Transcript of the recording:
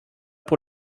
pour